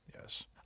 yes